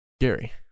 gary